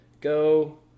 go